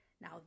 Now